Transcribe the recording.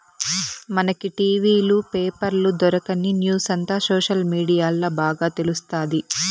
మనకి టి.వీ లు, పేపర్ల దొరకని న్యూసంతా సోషల్ మీడియాల్ల బాగా తెలుస్తాది